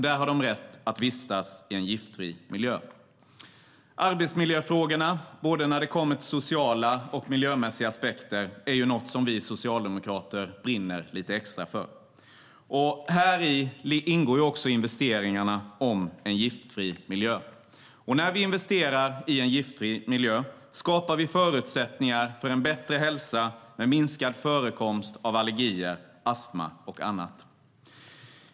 Där har de rätt att vistas i en giftfri miljö. Arbetsmiljöfrågorna när det gäller både sociala och miljömässiga aspekter är något som vi socialdemokrater brinner lite extra för. Här ingår också investeringarna för en giftfri miljö. När vi investerar i en giftfri miljö skapar vi förutsättningar för en bättre hälsa med minskad förekomst av allergier, astma och annat.